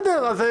למה?